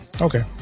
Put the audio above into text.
okay